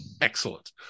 excellent